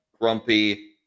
Grumpy